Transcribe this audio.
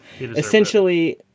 Essentially